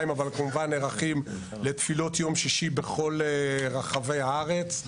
אבל כמובן נערכים לתפילות יום שישי בכל רחבי הארץ.